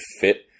fit